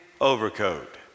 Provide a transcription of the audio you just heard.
overcoat